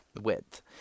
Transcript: width